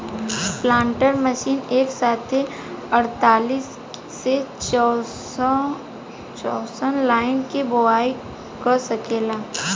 planter machine एक साथे अड़तालीस से चौवन लाइन के बोआई क सकेला